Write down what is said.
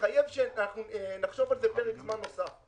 מחייב את זה שנחשוב על זה פרק זמן נוסף.